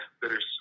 bittersweet